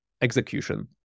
execution